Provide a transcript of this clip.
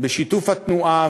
בשיתוף התנועה,